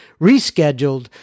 rescheduled